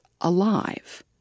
alive